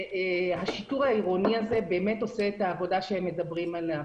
שהשיטור העירוני הזה באמת עושה את העבודה שהם מדברים עליה.